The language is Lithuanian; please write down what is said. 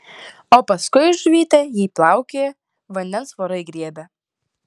o paskui žuvytė jei plaukioja vandens vorai griebia